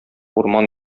урман